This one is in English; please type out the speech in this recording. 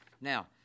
Now